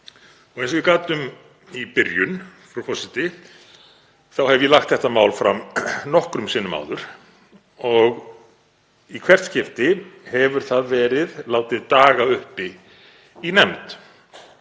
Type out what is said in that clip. Eins og ég gat um í byrjun, frú forseti, þá hef ég lagt þetta mál fram nokkrum sinnum áður og í hvert skipti hefur það verið látið daga uppi í nefnd